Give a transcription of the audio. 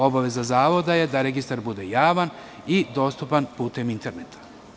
Obaveza zavoda je da registar bude javan i dostupan putem interneta.